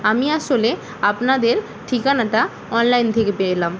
আমি আসলে আপনাদের ঠিকানাটা অনলাইন থেকে পেলাম